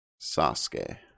Sasuke